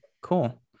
Cool